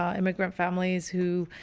ah immigrant families who,